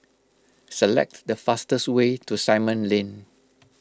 select the fastest way to Simon Lane